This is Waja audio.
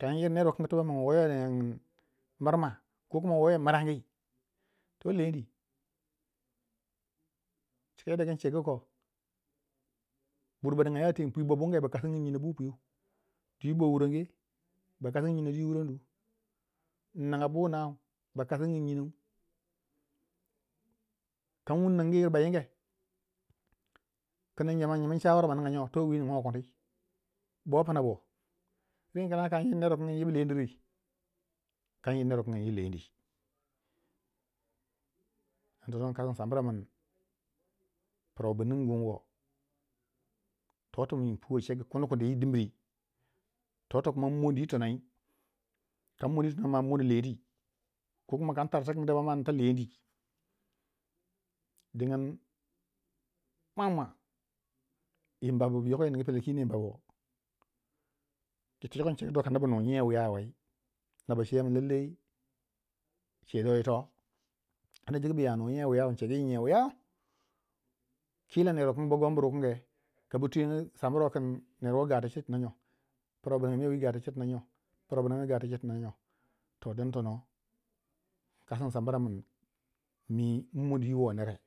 kanyiri nere wukon min woyo ninga gin mirama ko kuma woyo mirangi to lendi, cika kadda kun cegu ko bur ma ninga ya teng pwi ba bunge se ba nyin nyinou bu pwiu, dwi ba wuronge, ba kasa nyinou ba nyinge nyino di wuronu, in ninga bu nau, ba kasgin nyinou, kan wun ningu yir ba yinge kin yama innyinmin chawara ma ninga nyo towi ningo kuni bo pna bo, reng kina kan yir ner wu kangi inyibu lendi ri, kan yir ner wukangi in ninga lendi, dun tono inkasgu in sammra min, pra wu bu ningin wo, toti mwi in puwo chegu yi dimir mi toti kuma in moni yi tonoi, kammoni yi tono ma in mono lemdi, ko kuma kan tar yitikin daban ma inta leni dingin mwa mwa yimba bu yoko yi nungu pelendi kino yimba bo yitu yoko incheegu toh kana bu nu nyiya wuya wei, nabu cewei kin lallai cedo yito ana dacike bu ya nu nyan wuyau kila ner wukun bagonmur wukinge kabu twiyondi sammro kin nerwo ga tu chei tuna nyo pra wubu ninga manyo wi ga tu ce tina nyo, toh din tono inkasi insamra min mi inmoni iyo nere